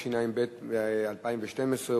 התשע"ב 2012,